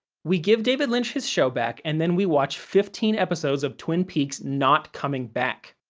we give david lynch his show back, and then we watch fifteen episodes of twin peaks not coming back.